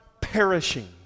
perishing